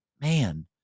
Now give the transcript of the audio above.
man